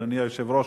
אדוני היושב-ראש,